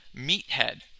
meathead